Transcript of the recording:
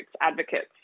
advocates